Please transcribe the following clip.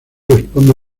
responde